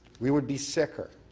we would be sicker.